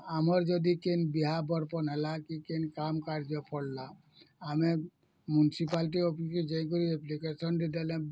ଆମର ଯଦି କେନ୍ ବିହାପର୍ବ ହେଲା କି କେନ୍ କାମ କାର୍ଯ୍ୟ ପଡ଼୍ଲା ଆମେ ମୁନିସିପାଲିଟି ଅଫିସ୍ ଯାଇକରି ଆପ୍ଲିକେସନ୍ଟା ଦେଲେ